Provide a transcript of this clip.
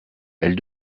elle